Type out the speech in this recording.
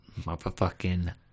motherfucking